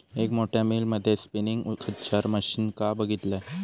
एक मोठ्या मिल मध्ये स्पिनींग खच्चर मशीनका बघितलंय